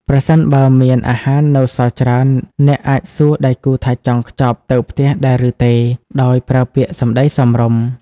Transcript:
ប្រសិនបើមានអាហារនៅសល់ច្រើន អ្នកអាចសួរដៃគូថាចង់ខ្ចប់ទៅផ្ទះដែរឬទេ ដោយប្រើពាក្យសម្តីសមរម្យ។